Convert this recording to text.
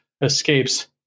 escapes